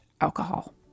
alcohol